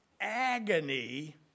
agony